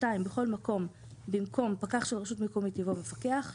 בכל מקום במקום "פקח של רשות מקומית" יבוא "מפקח";